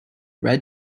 red